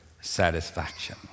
satisfaction